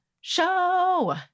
show